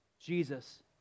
Jesus